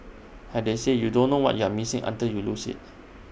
as they say you don't know what you're missing until you lose IT